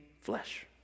flesh